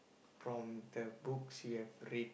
from the books that you've read